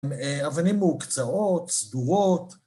אבנים מאוקצאות, סדורות.